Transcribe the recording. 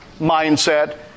mindset